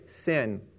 sin